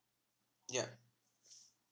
ya